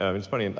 um it's funny, and